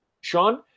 Sean